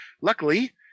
luckily